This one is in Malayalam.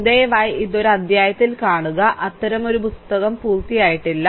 അതിനാൽ ദയവായി ഇത് ഒരു അധ്യായത്തിൽ കാണുക അത്തരമൊരു പുസ്തകം പൂർത്തിയായിട്ടില്ല